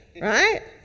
right